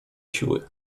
siły